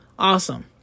Awesome